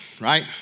right